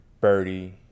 birdie